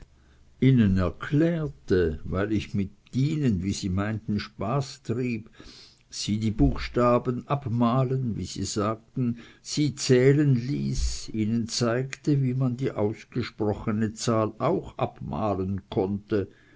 ihnen erklärte weil ich mit ihnen wie sie meinten spaß trieb sie die buchstaben abmalen wie sie sagten sie zählen ließ ihnen zeigte wie man die ausgesprochene zahl auch abmalen konnte